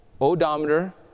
odometer